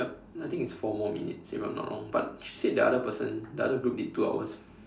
yup I think it's four more minutes if I'm not wrong but she said the other person the other group did two hours